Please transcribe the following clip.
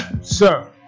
sir